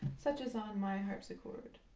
such as on my harpsichord.